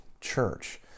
church